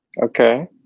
Okay